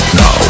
no